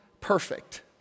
perfect